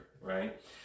right